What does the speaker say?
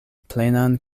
plenan